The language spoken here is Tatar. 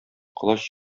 колач